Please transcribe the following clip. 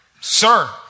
Sir